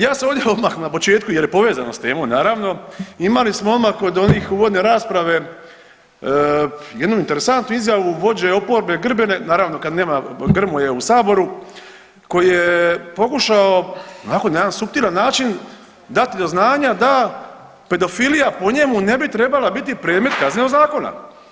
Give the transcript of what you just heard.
Ja se ovdje odmah na početku jer je povezano s temom, naravno, imali smo odmah kod onih uvodne rasprave jednu interesantnu izjavu vođe oporbe Grbina, naravno, kad nema Grmoje u Saboru koji je pokušao onako na jedan suptilan način dati do znanja da pedofilija, po njemu ne bi trebala biti predmet Kaznenog zakona.